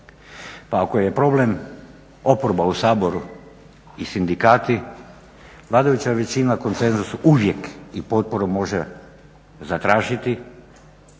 Pa ako je problem oporba u Saboru i sindikati vladajuća većina konsenzus uvijek i potporu može zatražiti